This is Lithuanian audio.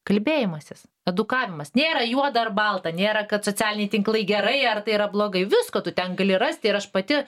kalbėjimasis edukavimas nėra juoda ar balta nėra kad socialiniai tinklai gerai ar tai yra blogai visko tu ten gali rasti ir aš pati